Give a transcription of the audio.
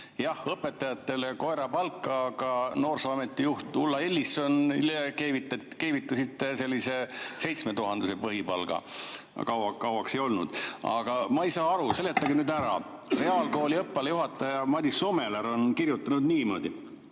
Jah, õpetajatele koerapalka, aga noorsooameti juhile Ulla Ilissonile keevitasite sellise 7000‑eurose põhipalga. Seda kauaks ei olnud. Aga ma ei saa aru, seletage nüüd ära, reaalkooli õppealajuhataja Madis Somelar on kirjutanud niimoodi: